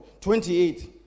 28